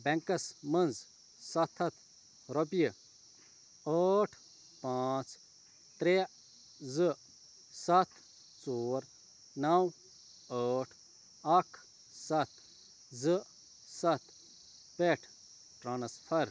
بیٚنٛکَس منٛز سَتھ ہَتھ رۄپیہِ ٲٹھ پانٛژھ ترٛےٚ زٕ سَتھ ژور نَو ٲٹھ اَکھ سَتھ زٕ سَتھ پٮ۪ٹھ ٹرٛانسفَر